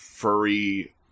furry